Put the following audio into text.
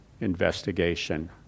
investigation